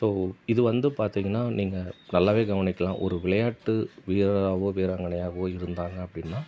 so இது வந்து பார்த்திங்கன்னா நீங்கள் நல்லாவே கவனிக்கலாம் ஒரு விளையாட்டு வீரராகவோ வீராங்கனையாகவோ இருந்தாங்க அப்படினால்